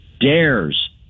dares